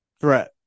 threat